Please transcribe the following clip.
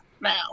now